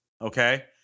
Okay